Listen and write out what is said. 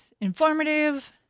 informative